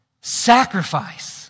sacrifice